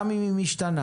גם אם היא משתנה.